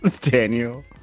Daniel